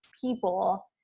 people